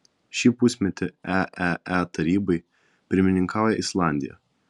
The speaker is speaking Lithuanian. šį pusmetį eee tarybai pirmininkauja islandija